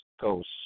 Coast